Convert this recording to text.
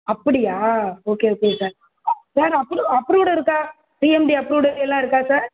அப்படியா okay okay sir approve approved இருக்கா CMD approved எல்லாம் இருக்கா சார்